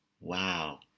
wow